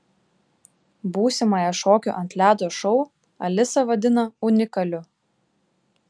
būsimąją šokių ant ledo šou alisa vadina unikaliu